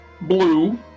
blue